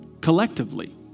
collectively